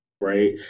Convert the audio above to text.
Right